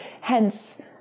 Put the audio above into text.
hence